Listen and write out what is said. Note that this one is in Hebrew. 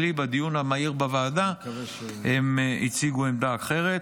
לפחות אצלי בדיון המהיר בוועדה הם הציגו עמדה אחרת.